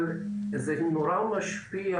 כמובן שזה נורא משפיע